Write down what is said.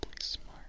smart